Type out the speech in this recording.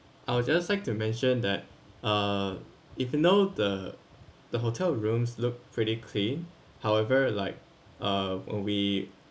I will just like to mention that uh if you know the the hotel rooms look pretty clean however like uh when we